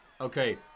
Okay